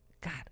God